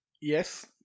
Yes